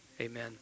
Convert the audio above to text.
amen